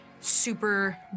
Super